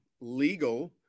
legal